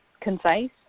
concise